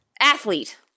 Athlete